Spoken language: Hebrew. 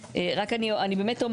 אני חושב